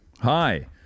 Hi